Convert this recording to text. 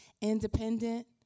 independent